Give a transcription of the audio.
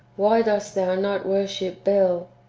why dost thou not worship bel?